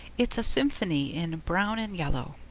it's a symphony in brown and yellow.